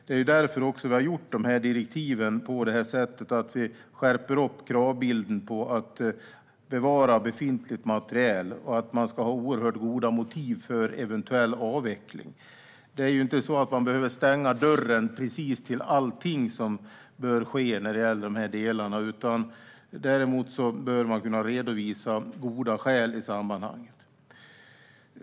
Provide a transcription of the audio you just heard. Det är därför vi har utformat direktiven så att vi skärper kraven på att bevara befintlig materiel och att man ska ha oerhört goda motiv för eventuell avveckling. Man behöver ju inte stänga dörren för precis allting som bör ske när det gäller de här delarna. Däremot bör man kunna redovisa goda skäl i sammanhanget.